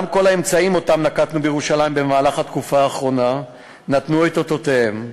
גם כל האמצעים שנקטנו בירושלים בתקופה האחרונה נתנו את אותותיהם,